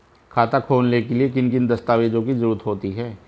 खाता खोलने के लिए किन किन दस्तावेजों की जरूरत होगी?